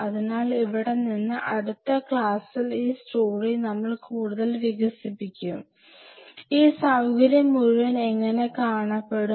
അതിനാൽ ഇവിടെ നിന്ന് അടുത്ത ക്ലാസ്സിൽ ഈ സ്റ്റോറി നമ്മൾ കൂടുതൽ വികസിപ്പിക്കും ഈ സൌകര്യം മുഴുവനും എങ്ങനെ കാണപ്പെടും